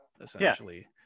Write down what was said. essentially